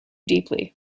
deeply